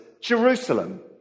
jerusalem